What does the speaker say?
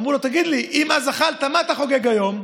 אמרו לו: תגיד לנו, אם אז אכלת, מה אתה חוגג היום?